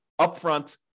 upfront